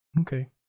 Okay